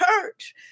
church